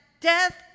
death